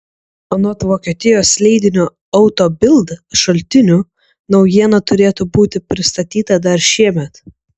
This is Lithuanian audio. anot vokietijos leidinio auto bild šaltinių naujiena turėtų būti pristatyta dar šiemet